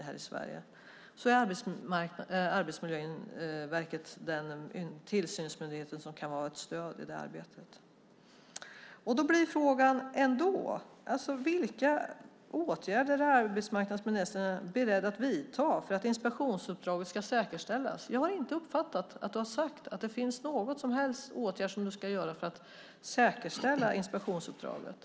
Där är Arbetsmiljöverket den tillsynsmyndighet som kan vara ett stöd i arbetet. Vilka åtgärder är arbetsmarknadsministern beredd att vidta för att inspektionsuppdraget ska säkerställas? Jag har inte uppfattat att han har sagt att det finns någon som helst åtgärd som ska vidtas för att säkerställa inspektionsuppdraget.